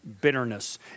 bitterness